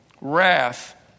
wrath